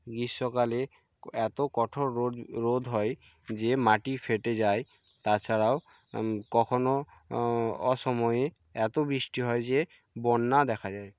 গ্রীষ্মকালে এত কঠোর রোদ রোদ হয় যে মাটি ফেটে যায় তাছাড়াও কখনও অসময়ে এত বৃষ্টি হয় যে বন্যা দেখা যায়